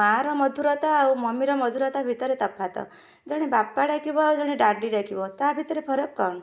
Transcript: ମାଁ ର ମଧୁରତା ଆଉ ମମିର ମଧୁରତା ଭିତରେ ତଫାତ ଜଣେ ବାପା ଡାକିବ ଆଉ ଜଣେ ଡାଡ଼ି ଡାକିବ ତା ଭିତରେ ଫରକ କ'ଣ